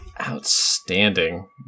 Outstanding